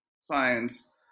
science